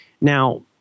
Now